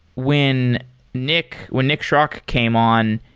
when nick when nick schrock came on,